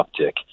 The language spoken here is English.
uptick